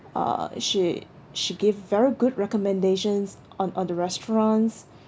uh she she give very good recommendations on on the restaurants